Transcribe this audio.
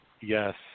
Yes